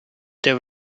there